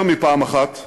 יותר מפעם אחת.